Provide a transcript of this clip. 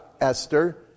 Esther